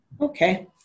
Okay